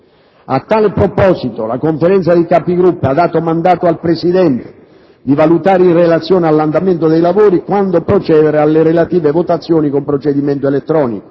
A tale proposito la Conferenza dei Capigruppo ha dato mandato al Presidente di valutare, in relazione all'andamento dei lavori, quando procedere alle relative votazioni con procedimento elettronico,